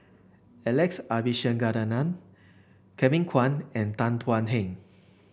Alex Abisheganaden Kevin Kwan and Tan Thuan Heng